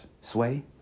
Sway